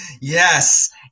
Yes